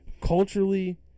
Culturally